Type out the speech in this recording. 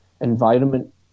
environment